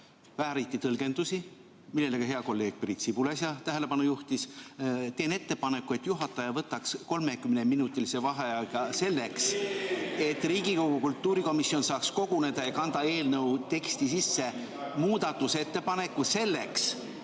väärititõlgendusi, millele ka hea kolleeg Priit Sibul äsja tähelepanu juhtis, teen ettepaneku, et juhataja võtaks 30-minutise vaheajaga selleks, et Riigikogu kultuurikomisjon saaks koguneda ja kanda eelnõu teksti sisse muudatusettepaneku. Seda selleks,